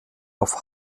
auf